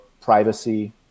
privacy